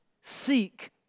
Seek